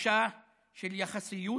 בגישה של יחסיות